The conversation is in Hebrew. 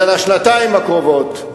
אלא לשנתיים הקרובות,